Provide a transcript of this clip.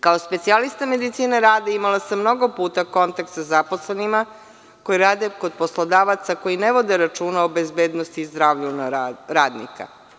Kao specijalista medicine rada, imala sam mnogo puta kontakt sa zaposlenima koji rade kod poslodavaca koji ne vode računa o bezbednosti i zdravlju radnika.